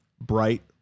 bright